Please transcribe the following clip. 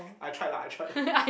I try lah I try